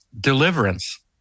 deliverance